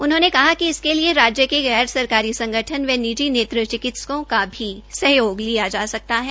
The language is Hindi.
उन्होंने कहा कि इसके लिये राज्य के गैर सरकारी संगठन एवं निजी नेत्र चिकित्सों का भी सहयोग लिया जा सकता है